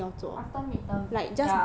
after mid term ya